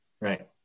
Right